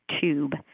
tube